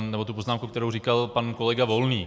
nebo tu poznámku, kterou říkal pan kolega Volný.